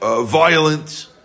violent